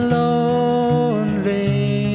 lonely